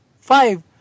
Five